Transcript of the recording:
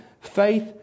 Faith